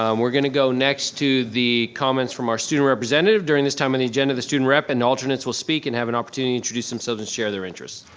um we're gonna go next to the comments from our student representative. during this time on the agenda, the student rep and alternates will speak, and have an opportunity to introduce themselves and share their interest.